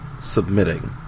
submitting